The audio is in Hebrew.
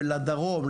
לדרום,